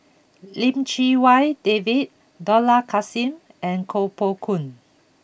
Lim Chee Wai David Dollah Kassim and Koh Poh Koon